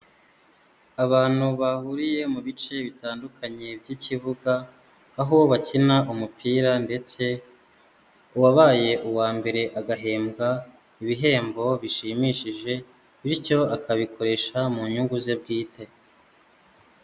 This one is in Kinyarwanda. Abantu bahuriye mu bice bitandukanye by'ikibuga aho bakina umupira, ndetse uwabaye uwa mbere agahembwa ibihembo bishimishije bityo akabikoresha mu nyungu ze bwite.